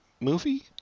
movie